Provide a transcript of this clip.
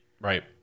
right